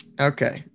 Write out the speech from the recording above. Okay